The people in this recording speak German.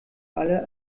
alle